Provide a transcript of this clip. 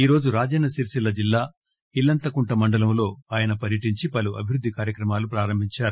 ఈరోజు రాజన్న సిరిసిల్ల జిల్లా ఇల్లంతకుంట మండలంలో ఆయన పర్యటించి పలు అభివృద్ది కార్యక్రమాలు ప్రారంభించారు